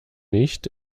nicht